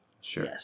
Sure